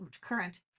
current